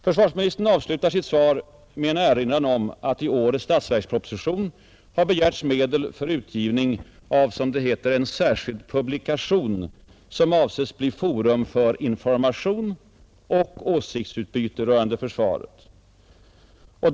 Försvarsministern avslutar sitt svar med en erinran om att i årets statsverksproposition har begärts medel för utgivning av, som det heter, en särskild publikation, som avses bli forum för information och åsiktsutbyte rörande försvaret.